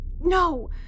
no